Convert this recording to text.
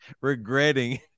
regretting